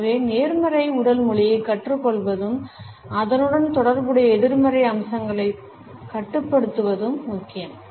எனவே நேர்மறை உடல் மொழியைக் கற்றுக்கொள்வதும் அதனுடன் தொடர்புடைய எதிர்மறை அம்சங்களைக் கட்டுப்படுத்துவதும் முக்கியம்